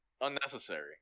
Unnecessary